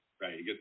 right